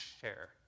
share